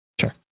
Sure